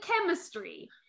chemistry